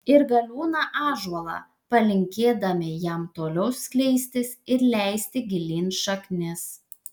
ir galiūną ąžuolą palinkėdami jam toliau skleistis ir leisti gilyn šaknis